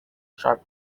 sharp